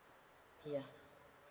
ya